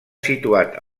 situat